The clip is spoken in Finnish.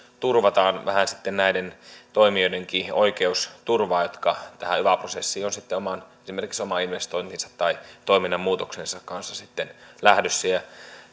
turvataan vähän sitten näiden toimijoidenkin oikeusturvaa jotka tähän yva prosessiin ovat esimerkiksi oman investointinsa tai toiminnan muutoksensa kanssa sitten lähdössä ja